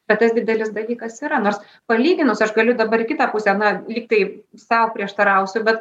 bet tas didelis dalykas yra nors palyginus aš galiu dabar į kitą pusę na lygtai sau prieštarausiu bet